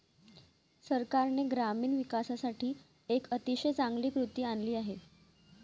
सरकारने ग्रामीण विकासासाठी एक अतिशय चांगली कृती आणली आहे